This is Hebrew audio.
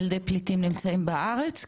ילדי פליטים נמצאים בארץ כיום?